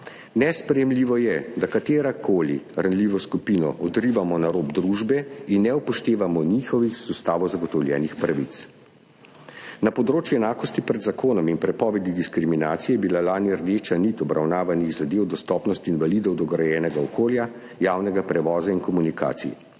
Nesprejemljivo je, da katerokoli ranljivo skupino odrivamo na rob družbe in ne upoštevamo njihovih z ustavo zagotovljenih pravic. Na področju enakosti pred zakonom in prepovedi diskriminacije je bila lani rdeča nit obravnavanih zadev dostopnost invalidov do grajenega okolja, javnega prevoza in komunikacij.